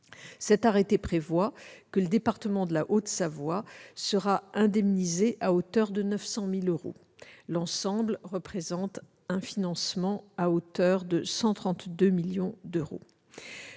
2018, qui prévoit que le département de la Haute-Savoie sera indemnisé à hauteur de 900 000 euros. L'ensemble représente un financement à hauteur de 132 millions d'euros.